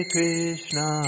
Krishna